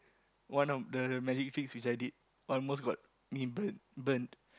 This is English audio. one of the magic tricks which I did almost got me burnt burnt